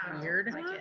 weird